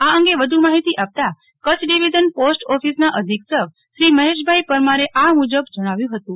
આ અંગે વધુ માહિતી આપતા કચ્છ ડિવિઝન પોસ્ટ ઓફિસના અધિક્ષક શ્રી મહેશભાઈ પરમારે આ મુજબ જણાવ્યું હતું